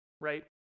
Right